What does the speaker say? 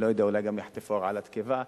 אני לא יודע, אולי גם יחטפו הרעלת קיבה.